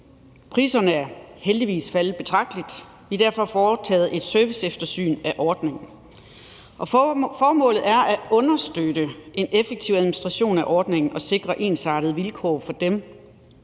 Priserne er heldigvis faldet betragteligt. Vi har derfor foretaget et serviceeftersyn af ordningen. Og formålet er at understøtte en effektiv administration af ordningen og sikre ensartede vilkår for dem,